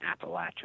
Appalachia